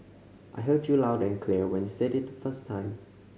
I heard you loud and clear when you said it the first time